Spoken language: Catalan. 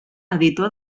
editor